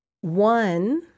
one